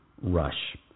Rush